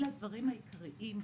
אלה הדברים העיקריים,